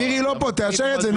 מירי לא פה, תאשר את זה.